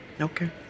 okay